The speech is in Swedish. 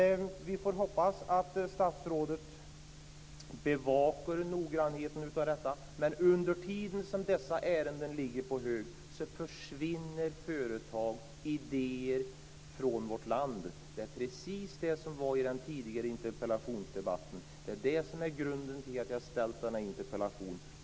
Vi får hoppas att statsrådet bevakar detta noggrant. Men under tiden som dessa ärenden ligger på hög försvinner företag, idéer från vårt land. Det är precis det som var i den tidigare interpellationsdebatten. Det är det som är grunden till att jag har ställt den här interpellationen.